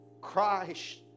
Christ